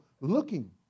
looking